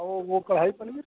और वो कढ़ाई पनीर